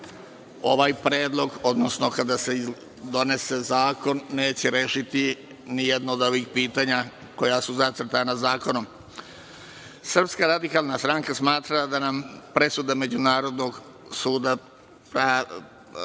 ovaj predlog, odnosno kada se donese zakon neće rešiti nijedno od ovih pitanja koja su zacrtana zakonom. Srpska radikalna stranka smatra da nam presuda Međunarodnog suda za